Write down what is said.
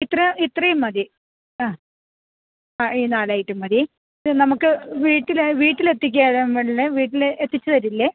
ഇത്രയും ഇത്രയും മതി ആ ആ ഈ നാല് ഐറ്റം മതി ഇത് നമുക്ക് വീട്ടിൽ വീട്ടില് എത്തിച്ച് തരാൻ വല്ല വീട്ടില് എത്തിച്ച് തരില്ലേ